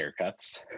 haircuts